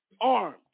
armed